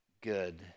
good